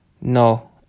no